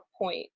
point